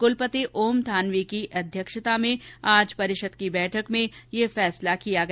कुलपति ओम थानवी की अध्यक्षता में आज परिषद की बैठक में यह निर्णय किया गया